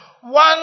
One